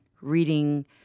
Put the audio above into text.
reading